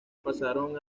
pasaron